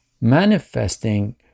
manifesting